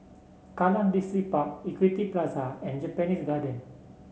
Kallang Distripark Equity Plaza and Japanese Garden